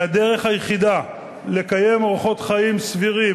שהדרך היחידה לקיים אורחות חיים סבירים,